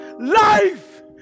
life